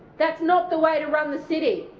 that's not the way to run the city.